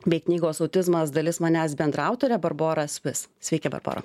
bei knygos autizmas dalis manęs bendraautore barbora spis sveiki barbora